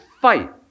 fight